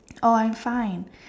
oh I am fine